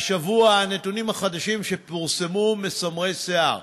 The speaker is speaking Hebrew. והשבוע הנתונים החדשים שפורסמו מסמרי שיער,